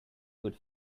good